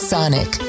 Sonic